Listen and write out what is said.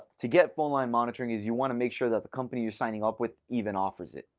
to get phone line monitoring is you want to make sure that the company you're signing up with even offers it.